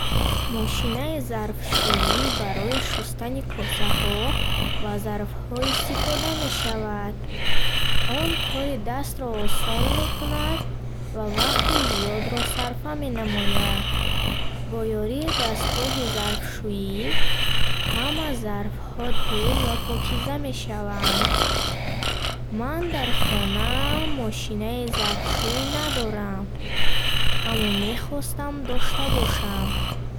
Мошинаи зарфшуӣ барои шӯстани косаҳо ва зарфҳо истифода мешавад. Он кори дастро осон мекунад ва вақти зиёдро сарфа менамояд. Бо ёрии дастгоҳи зарфшӯӣ, ҳама зарфҳо тез ва покиза мешаванд. Ман дар хонаам мошинаи зарфшуӣ надорам аммо мехостам дошта бошам.